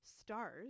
stars